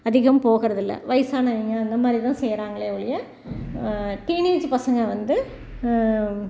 அதிகம் போகிறது இல்லை வயதானவிங்க அந்த மாதிரி தான் செய்கிறாங்களே ஒழிய டீனேஜ் பசங்கள் வந்து